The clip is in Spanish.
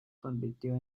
convirtió